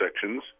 sections